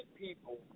people